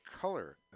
color